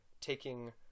taking